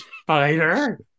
Spider